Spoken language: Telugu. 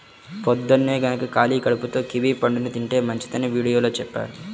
పొద్దన్నే గనక ఖాళీ కడుపుతో కివీ పండుని తింటే మంచిదని వీడియోలో చెప్పారు